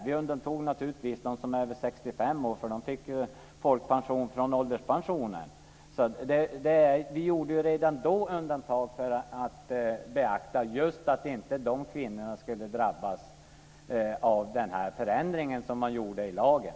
Vi undantog naturligtvis dem som är över 65 år, eftersom de fick folkpension från ålderspensionen. Vi gjorde alltså redan då undantag för att beakta att inte just dessa kvinnor skulle drabbas av den förändring som man gjorde i lagen.